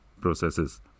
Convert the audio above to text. processes